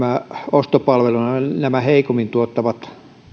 ostopalveluna nämä heikommin tuottavat